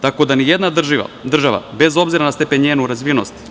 Tako da ni jedna država, bez obzira na stepen i njenu razvijenost.